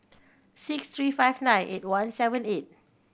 six three five nine eight one seven eight